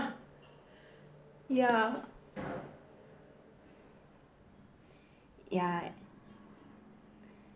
ya ya